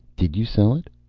did you sell it?